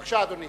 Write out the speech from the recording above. בבקשה, אדוני.